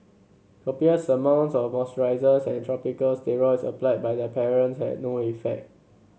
copious amounts of moisturisers and topical steroids applied by the parents had no effect